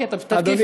אוקיי, תתקיפי.